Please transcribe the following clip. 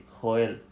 Joel